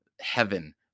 heaven